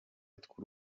tw’u